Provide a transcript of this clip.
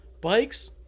bikes